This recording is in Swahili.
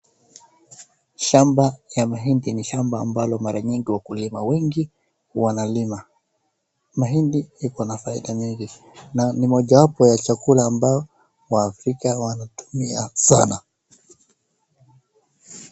Shamba ya mahindi ni shamba ambalo mara nyingi wakulima wengi wanalima, mahindi iko na faida mingi na ni moja wapo ya chakula ambao wafrika wanatumia sana.